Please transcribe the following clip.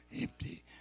empty